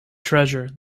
treasure